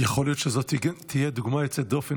יכול להיות שזאת תהיה דוגמה יוצאת דופן